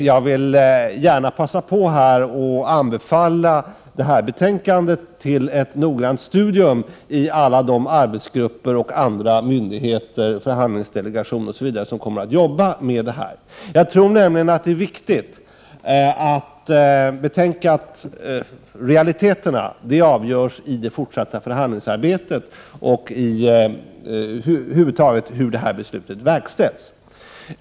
Jag vill gärna passa på att här anbefalla ett noggrant studium av detta betänkande i alla de arbetsgrupper och myndigheter, exempelvis förhandlingsdelegationen, som kommer att arbeta med frågan. Realiteterna avgörs genom det fortsatta förhandlingsarbetet och av på vilket sätt beslutet verkställs.